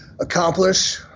accomplish